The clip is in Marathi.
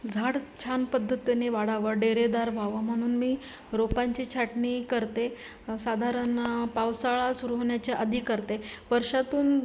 झाड छान पद्धतीने वाढावं डेरेदार व्हावं म्हणून मी रोपांची छाटणी करते साधारण पावसाळा सुरु होण्याच्या आधी करते वर्षातून